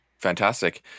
Fantastic